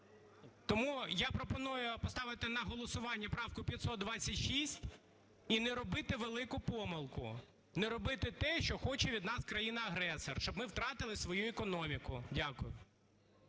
Тому я пропоную поставити на голосування правку 526 і не робити велику помилку. Не робити те, що хоче від нас країна-агресор, щоб ми втратили свою економіку. Дякую.